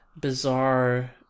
bizarre